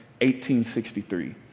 1863